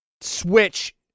Switch